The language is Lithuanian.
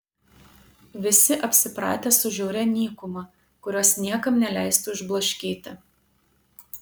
visi apsipratę su žiauria nykuma kurios niekam neleistų išblaškyti